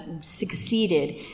succeeded